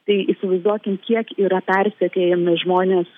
tai įsivaizduokim kiek yra persekiojami žmonės